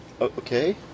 okay